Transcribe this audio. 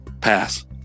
Pass